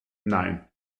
nein